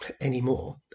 anymore